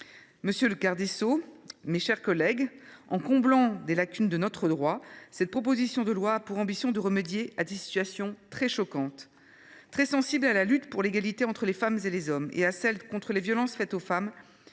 Monsieur le garde des sceaux, mes chers collègues, en comblant des lacunes de notre droit, cette proposition de loi a pour ambition de remédier à des situations très choquantes. Très sensible à la lutte pour l’égalité entre les femmes et les hommes et à celle contre les violences faites aux femmes,